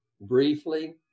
briefly